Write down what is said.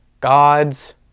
God's